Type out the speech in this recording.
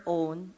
own